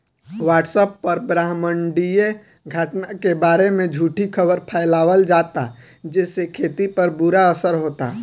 WhatsApp पर ब्रह्माण्डीय घटना के बारे में झूठी खबर फैलावल जाता जेसे खेती पर बुरा असर होता